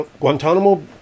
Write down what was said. Guantanamo